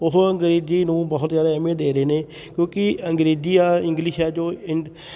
ਉਹ ਅੰਗਰੇਜ਼ੀ ਨੂੰ ਬਹੁਤ ਜ਼ਿਆਦਾ ਅਹਿਮੀਅਤ ਦੇ ਰਹੇ ਨੇ ਕਿਉਂਕਿ ਅੰਗਰੇਜ਼ੀ ਆ ਇੰਗਲਿਸ਼ ਆ ਜੋ